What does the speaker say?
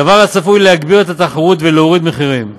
דבר שצפוי שיגביר את התחרות ויוריד מחירים.